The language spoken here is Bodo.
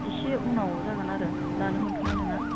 इसे उनाव जागोन आरो दानो मोनथ'नाय नङा